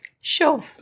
Sure